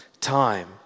time